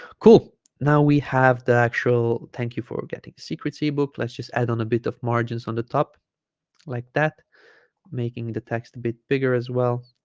cool now we have the actual thank you for getting secrets ebook let's just add on a bit of margins on the top like that making the text a bit bigger as well